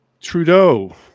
Trudeau